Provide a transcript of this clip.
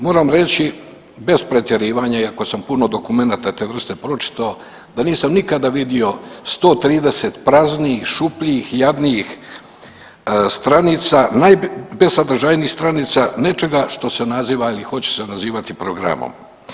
Moram reći bez pretjerivanja iako sam puno dokumenata te vrste pročitao da nisam nikada vidio 130 praznijih, šupljijih i jadnijih stranica, najbesadržajnijih stranica nečega što se naziva ili hoće se nazivati programom.